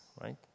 right